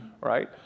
right